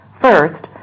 First